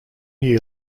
year